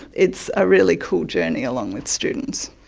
it's a really cool journey along with students.